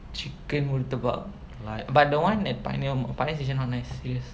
chicken murtabak but the one at pioneer mall fire station not nice yes